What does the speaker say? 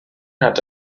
hatte